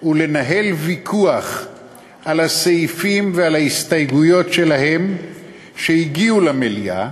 ולנהל ויכוח על הסעיפים ועל ההסתייגויות שלהם שהגיעו למליאה,